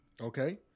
Okay